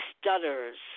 stutters